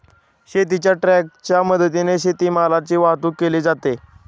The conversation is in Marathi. शेतीच्या ट्रकच्या मदतीने शेतीमालाची वाहतूक केली जाते